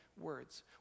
words